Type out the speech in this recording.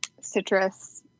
citrus